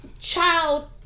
child